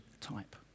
type